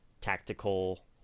tactical